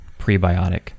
prebiotic